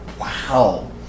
Wow